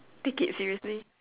take it seriously